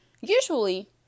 usually